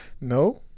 No